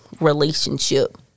relationship